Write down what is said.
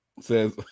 Says